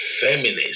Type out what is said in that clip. feminist